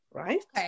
right